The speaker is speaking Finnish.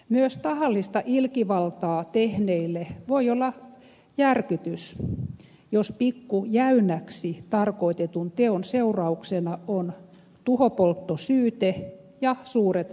myös tahallista ilkivaltaa tehneille voi olla järkytys jos pikku jäynäksi tarkoitetun teon seurauksena on tuhopolttosyyte ja suuret kor vausvaatimukset